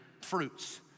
fruits